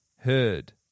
heard